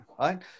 right